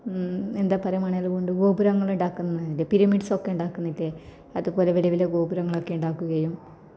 എന്താ പറ മണൽ കൊണ്ട് ഗോപുരങ്ങളുണ്ടാക്കുന്നയിത് പിരമിഡ്സൊക്കെ ഉണ്ടാക്കുന്നില്ലേ അതുപോലെ വലിയ വലിയ ഗോപുരങ്ങളൊക്കെ ഉണ്ടാക്കുകയും